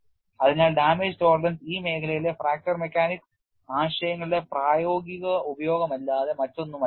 അതിനാൽ damage tolerance ഈ മേഖലയിലെ ഫ്രാക്ചർ മെക്കാനിക്സ് ആശയങ്ങളുടെ പ്രായോഗിക ഉപയോഗമല്ലാതെ മറ്റൊന്നുമല്ല